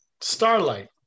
starlight